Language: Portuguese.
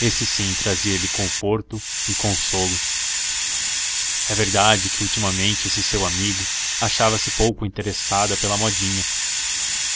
esse sim trazia-lhe conforto e consolo é verdade que ultimamente esse seu amigo se achava pouco interessado pela modinha